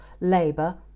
labour